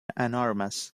enormous